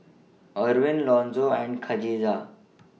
Erwin Lonzo and Kadijah